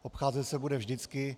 Obcházet se bude vždycky.